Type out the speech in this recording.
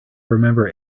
remember